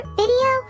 video